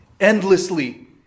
endlessly